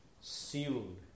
sealed